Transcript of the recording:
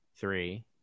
Three